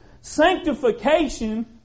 Sanctification